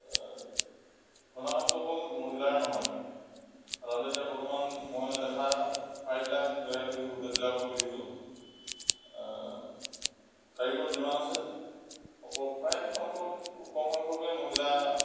ৰন্ধা কামটো অকল মহিলাৰ নহয় সাধাৰণতে এতিয়া বৰ্তমান মই দেখা প্ৰায়বিলাক জেগাতে দেখিছোঁ হোটেলবিলাকতো দেখিছোঁ কাৰিকৰ যিমান আছে অকল প্ৰায় সংখ্যক খুব কম সংখ্যকহে মহিলা